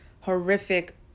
horrific